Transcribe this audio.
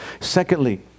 Secondly